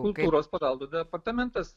kultūros paveldo departamentas